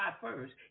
first